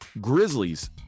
Grizzlies